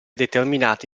determinata